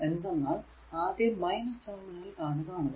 എന്തെന്നാൽ ആദ്യം ടെർമിനൽ ആണ് കാണുക